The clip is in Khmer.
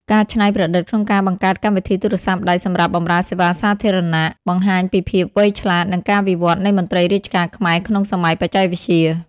ការច្នៃប្រឌិតក្នុងការបង្កើតកម្មវិធីទូរស័ព្ទដៃសម្រាប់បម្រើសេវាសាធារណៈ បង្ហាញពីភាពវៃឆ្លាត និងការវិវត្តនៃមន្ត្រីរាជការខ្មែរក្នុងសម័យបច្ចេកវិទ្យា។